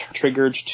triggered